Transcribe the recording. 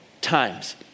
times